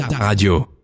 radio